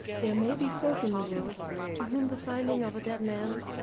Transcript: there may be folk in the world to whom the finding of a dead man,